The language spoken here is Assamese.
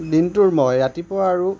দিনটোৰ মই ৰাতিপুৱা আৰু